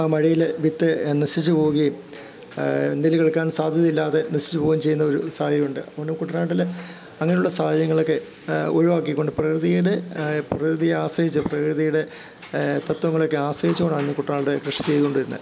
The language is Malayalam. ആ മഴയില് വിത്ത് നശിച്ചുപോവുകയും എന്തെങ്കിലും കിളിർക്കാൻ സാധ്യതയില്ലാതെ നശിച്ചു പോവുകയും ചെയ്യുന്നൊരു സാഹചര്യമുണ്ട് അപ്പോള് പിന്നെ കുട്ടനാട്ടിലെ അങ്ങനുള്ള സാഹചര്യങ്ങളൊക്കെ ഒഴിവാക്കിക്കൊണ്ട് പ്രകൃതിയുടെ പ്രകൃതിയെ ആശ്രയിച്ച് പ്രകൃതിയുടെ തത്വങ്ങളൊക്കെ ആശ്രയിച്ചു കൊണ്ടാണ് കുട്ടനാട്ടിലെ കൃഷി ചെയ്തോണ്ടിരുന്നെ